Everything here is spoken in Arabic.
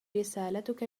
رسالتك